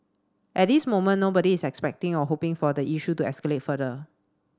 at this moment nobody is expecting or hoping for the issue to escalate further